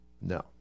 No